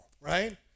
right